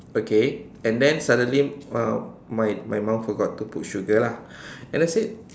okay and then suddenly uh my my mom forgot to put sugar lah and that's it